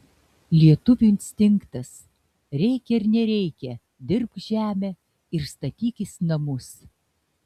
lietuvių instinktas reikia ar nereikia dirbk žemę ir statykis namus